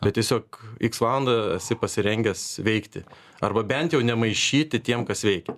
bet tiesiog iks valandą esi pasirengęs veikti arba bent jau nemaišyti tiem kas veikia